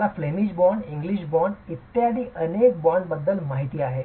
तुम्हाला Flemish bond English bond इत्यादी अनेक बाँड्सबद्दल माहिती आहे